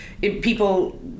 people